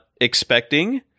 expecting